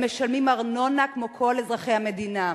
הם משלמים ארנונה כמו כל אזרחי המדינה.